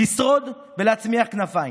לשרוד ולהצמיח כנפיים.